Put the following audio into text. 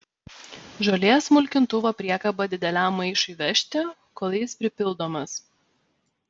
žolės smulkintuvo priekaba dideliam maišui vežti kol jis pripildomas